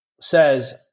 says